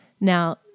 Now